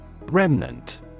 remnant